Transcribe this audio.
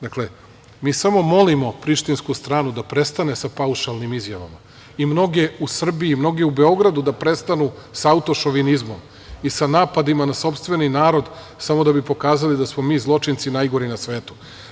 Dakle, mi samo molimo prištinsku stranu da prestane sa paušalnim izjavama i mnoge u Srbiji i mnoge u Beogradu da prestanu sa autošovinizmom i sa napadima na sopstveni narod samo da bi pokazali da smo mi zločinci najgori na svetu.